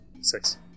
Six